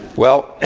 well,